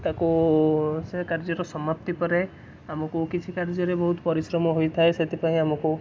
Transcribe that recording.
ତାକୁ ସେ କାର୍ଯ୍ୟର ସମାପ୍ତି ପରେ ଆମୁକୁ କିଛି କାର୍ଯ୍ୟରେ ବହୁତ ପରିଶ୍ରମ ହୋଇଥାଏ ସେଥିପାଇଁ ଆମୁକୁ